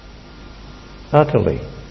utterly